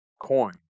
coin